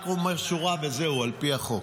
שורה וזהו, על פי החוק.